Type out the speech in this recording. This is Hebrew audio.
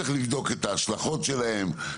צריך לבדוק את ההשלכות שלהן,